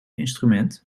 instrument